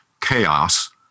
chaos